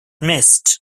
missed